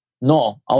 No